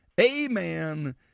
Amen